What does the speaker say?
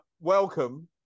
welcome